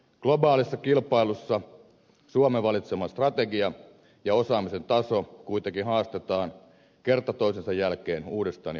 globaalissa kilpailussa suomen valitseva strategia ja osaamisen taso kuitenkin haastetaan kerta toisensa jälkeen uudestaan ja uudestaan